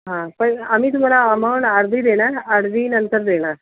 हां पण आम्ही तुम्हाला अमाऊंट अर्धी देणार अर्धी नंतर देणार